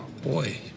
Boy